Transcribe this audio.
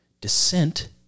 Descent